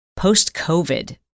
post-COVID